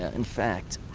in fact,